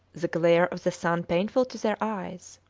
the glare of the sun painful to their eyes.